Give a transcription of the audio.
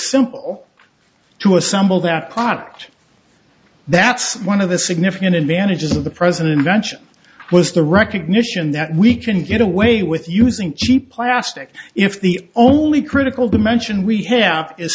simple to assemble that product that's one of the significant advantages of the president's ranch was the recognition that we can get away with using cheap plastic if the only critical dimension we have is